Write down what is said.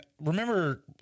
remember